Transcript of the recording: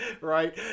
Right